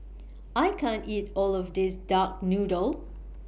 I can't eat All of This Duck Noodle